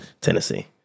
Tennessee